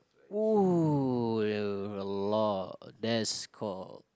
!ooh! that's called